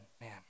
man